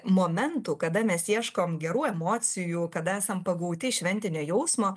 momentų kada mes ieškom gerų emocijų kada esam pagauti šventinio jausmo